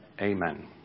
Amen